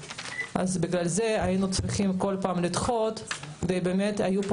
בגלל זה היינו צריכים בכל פעם לדחות את הדיון כדי שיהיו פה